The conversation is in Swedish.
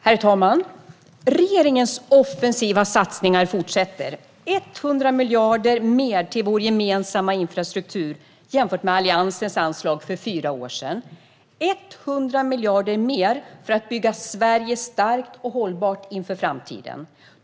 Herr talman! Regeringens offensiva satsningar fortsätter. Man lägger 100 miljarder mer till vår gemensamma infrastruktur jämfört med Alliansens anslag för fyra år sedan - 100 miljarder mer - för att bygga Sverige starkt och hållbart inför framtiden.